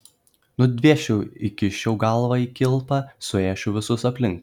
nudvėsčiau įkiščiau galvą į kilpą suėsčiau visus aplink